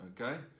Okay